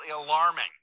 alarming